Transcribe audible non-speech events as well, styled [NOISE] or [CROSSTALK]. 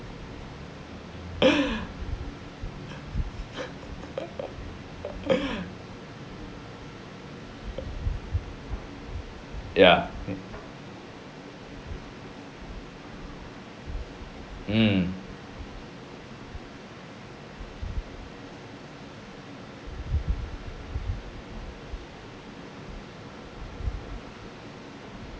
[LAUGHS] ya mm